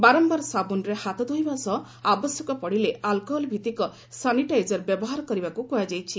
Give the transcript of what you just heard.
ବାରମ୍ଭାର ସାବୁନ୍ରେ ହାତ ଧୋଇବା ସହ ଆବଶ୍ୟକ ପଡ଼ିଲେ ଆଲ୍କୋହଲ୍ଭିତ୍ତିକ ସାନିଟାଇଜର ବ୍ୟବହାର କରିବାକୁ କୁହାଯାଇଛି